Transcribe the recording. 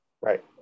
Right